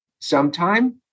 sometime